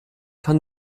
kann